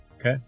Okay